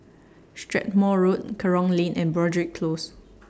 Strathmore Road Kerong Lane and Broadrick Close